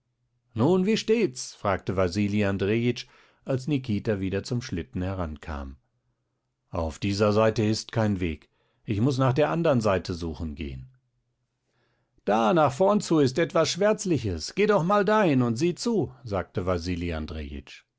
nun wie steht's fragte wasili andrejitsch als nikita wieder zum schlitten herankam auf dieser seite ist kein weg ich muß nach der anderen seite suchen gehen da nach vorn zu ist etwas schwärzliches geh doch mal dahin und sieh zu sagte